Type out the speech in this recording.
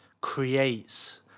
creates